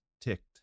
ticked